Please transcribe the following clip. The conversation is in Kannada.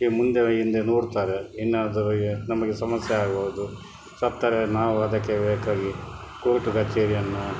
ಮುಂದೆ ಹಿಂದೆ ನೋಡ್ತಾರೆ ಏನಾದರೂ ನಮಗೆ ಸಮಸ್ಯೆ ಆಗೋದು ಸತ್ತರೆ ನಾವು ಅದಕ್ಕೆ ಬೇಕಾಗಿ ಕೋರ್ಟು ಕಚೇರಿ ಅನ್ನು